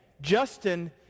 Justin